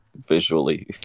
visually